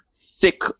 thick